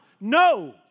No